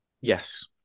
Yes